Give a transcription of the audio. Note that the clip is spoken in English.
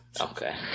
Okay